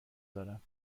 دارم